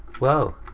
wow.